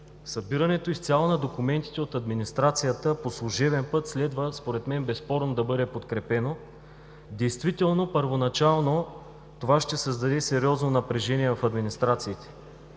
Събирането на документите изцяло от администрацията по служебен път следва според мен безспорно да бъде подкрепено. Действително първоначално това ще създаде сериозно напрежение в администрациите,